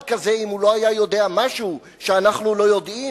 כזה אם הוא לא היה יודע משהו שאנחנו לא יודעים.